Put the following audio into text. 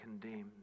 condemned